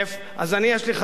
אז יש לי חדשות,